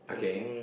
for swimming